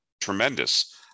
tremendous